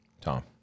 Tom